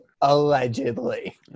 allegedly